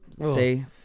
See